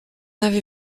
avez